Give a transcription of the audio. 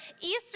Easter